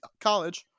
college